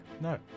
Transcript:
No